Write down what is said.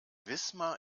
wismar